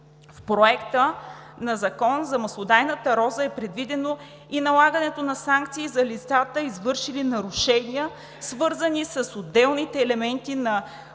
В Проекта на Закон за маслодайната роза е предвидено и налагането на санкции за лицата, извършили нарушения, свързани с отделните елементи на